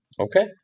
Okay